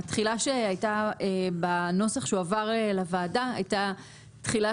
התחילה שהייתה בנוסח שהועבר לוועדה הייתה תחילה